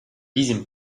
bizim